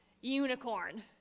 unicorn